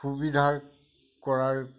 সুবিধা কৰাৰ